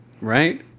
right